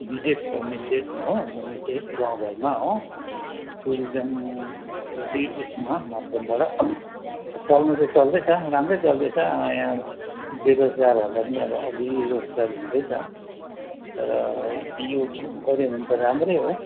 विशेष होमस्टे त हो होमस्टे गाउँघरमा हो टुरिजम उइ उइसमा माध्यमबाट चल्नु चाहिँ चल्दैछ राम्रै चल्दैछ यहाँ बेरोजगारहरूलाई पनि अब अलिअलि रोजगारी हुँदैछ तर यो ग गऱ्यो भने त राम्रै हो